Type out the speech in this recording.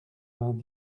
vingt